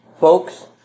Folks